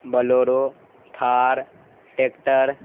bolero Thar tractor